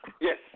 yes